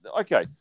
okay